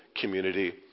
community